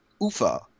Ufa